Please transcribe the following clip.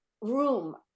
room